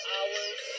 Hours